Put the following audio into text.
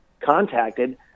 contacted